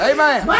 Amen